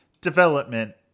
development